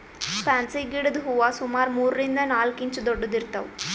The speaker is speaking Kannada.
ಫ್ಯಾನ್ಸಿ ಗಿಡದ್ ಹೂವಾ ಸುಮಾರ್ ಮೂರರಿಂದ್ ನಾಲ್ಕ್ ಇಂಚ್ ದೊಡ್ಡದ್ ಇರ್ತವ್